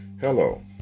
Hello